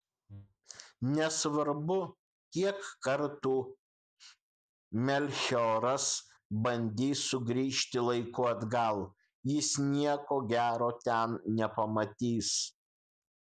nesvarbu kiek kartų melchioras bandys sugrįžti laiku atgal jis nieko gero ten nepamatys